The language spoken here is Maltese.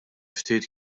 ftit